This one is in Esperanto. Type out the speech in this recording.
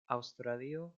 aŭstralio